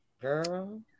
Girl